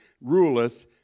ruleth